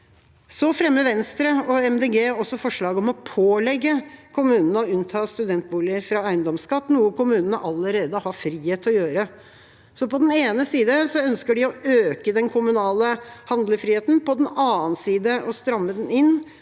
MDG fremmer også forslag om å pålegge kommunene å unnta studentboliger fra eiendomsskatt, noe kommunene allerede har frihet til å gjøre. På den ene side ønsker de å øke den kommunale handlefriheten, på den annen side å stramme den inn.